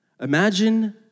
Imagine